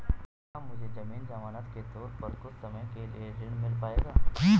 क्या मुझे ज़मीन ज़मानत के तौर पर कुछ समय के लिए ऋण मिल पाएगा?